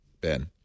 Ben